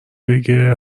بگه